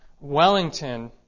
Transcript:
Wellington